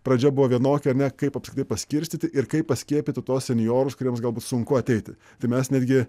pradžia buvo vienokia ane kaip apskritai paskirstyti ir kaip paskiepyti tuos senjorus kuriems galbūt sunku ateiti tai mes netgi